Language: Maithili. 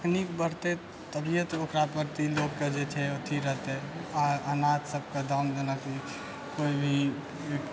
तकनीक बढ़तै तभिए तऽ ओकरा प्रति लोककेँ जे छै अथी रहतै आ अनाज सबके दाम जेनाकि कोइ भी